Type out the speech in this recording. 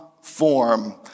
form